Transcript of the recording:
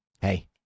hey